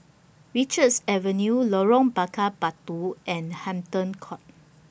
Richards Avenue Lorong Bakar Batu and Hampton Court